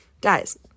guys